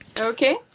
Okay